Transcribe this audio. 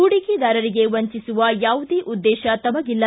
ಹೂಡಿಕೆದಾರರಿಗೆ ವಂಚಿಸುವ ಯಾವುದೇ ಉದ್ದೇಶ ತಮಗೆ ಇಲ್ಲ